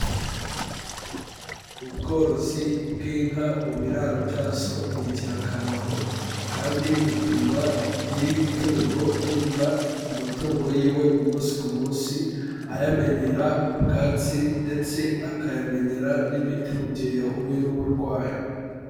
Ubworozi bw'inka mu biraro byazo ni ingirakamaro kandi butuma nyiri itungo yita ku matungo yiwe umunsi ku munsi, ayamenyera ubwatsi ndetse akayamenyera n'imiti mu gihe yahuye n'uburwayi.